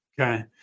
Okay